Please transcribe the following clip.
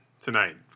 tonight